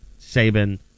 Saban